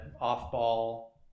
off-ball